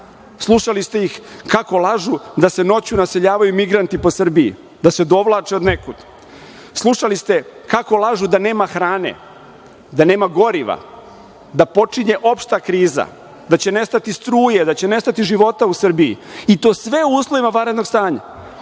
Slušali ste ih kako lažu da se noću naseljavaju emigranti po Srbiji, da se dovlače od nekud. Slušali ste kako lažu da nema hrane, da nema goriva, da počinje opšta kriza, da će nestati struje, da će nestati života u Srbiji i to sve u uslovima vanrednog stanja. Slušali